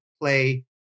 play